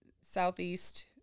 southeast